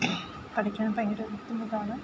പഠിക്കാൻ ഭയങ്കര ബുദ്ധിമുട്ടാണ്